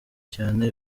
cyane